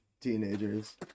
teenagers